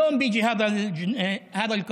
היום יובא החוק הזה,